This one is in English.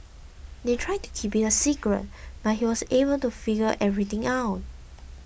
they tried to keep it a secret but he was able to figure everything out